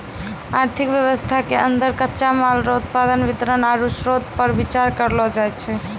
आर्थिक वेवस्था के अन्दर कच्चा माल रो उत्पादन वितरण आरु श्रोतपर बिचार करलो जाय छै